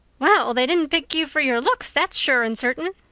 well, they didn't pick you for your looks, that's sure and certain,